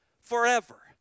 forever